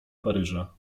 paryża